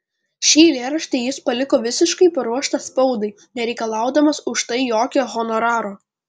šį eilėraštį jis paliko visiškai paruoštą spaudai nereikalaudamas už tai jokio honoraro